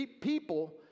people